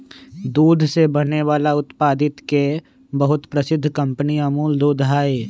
दूध से बने वाला उत्पादित के बहुत प्रसिद्ध कंपनी अमूल दूध हई